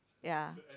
ya